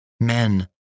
Men